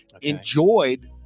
enjoyed